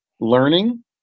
Learning